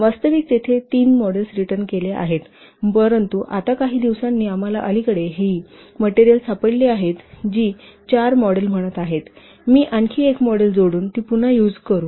वास्तविक येथे ते तीन मॉडेल्स रिटन केले आहेत परंतु आता काही दिवसांनी आम्हाला अलीकडे ही मटेरियल सापडली आहे जी ती चार मॉडेल म्हणत आहेत मी आणखी एक मॉडेल जोडून ती पुन्हा यूज करू